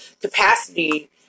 capacity